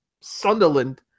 Sunderland